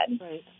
Right